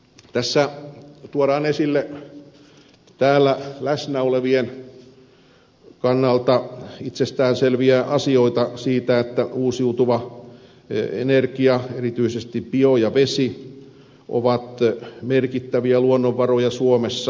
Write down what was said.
tässä tuodaan esille täällä läsnä olevien kannalta itsestään selviä asioita siitä että uusiutuva energia erityisesti bio ja vesienergia on merkittäviä luonnonvaroja suomessa